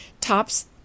tops